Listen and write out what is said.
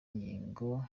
ingingo